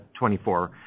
24